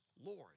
Lord